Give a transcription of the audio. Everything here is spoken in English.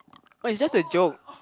oh it's just a joke